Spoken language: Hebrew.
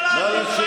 מצח.